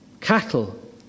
Cattle